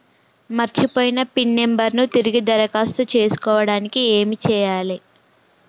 మర్చిపోయిన pin number ను తిరిగి దరఖాస్తు చేసుకోవడానికి ఏమి చేయాలే?